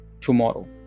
tomorrow